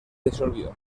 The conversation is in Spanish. disolvió